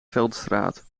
veldstraat